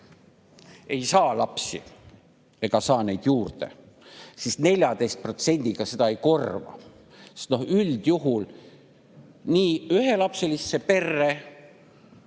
ei saa lapsi ega saa neid juurde, siis 14%-ga seda ei korva. Sest üldjuhul nii ühelapselistesse perre